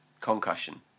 Concussion